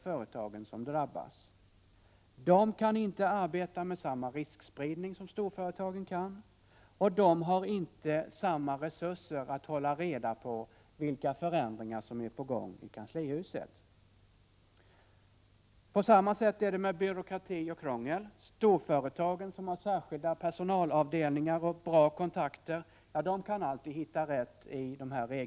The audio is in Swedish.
Det visar en undersökning som gjorts inom statliga SIND. Är det här en oroande utveckling, industriministern, med tanke på att det är skattemedel som gått upp i rök? Vilka åtgärder anser industriministern erfordras? Kanske moderata samlingspartiets riskgarantilån vore värt att studera närmare.